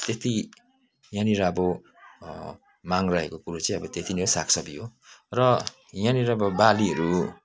त्यत्ति यहाँनिर अब माग रहेको कुरो चाहिँ अब त्यति नै हो साग सब्जी हो र यहाँनिर अब बालीहरू